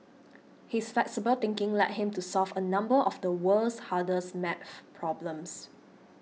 his flexible thinking led him to solve a number of the world's hardest maths problems